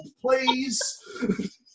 please